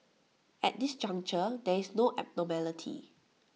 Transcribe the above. at this juncture there is no abnormality